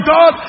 God